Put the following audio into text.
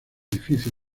difícil